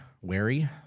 wary